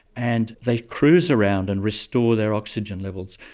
and they cruise around and restore their oxygen levels.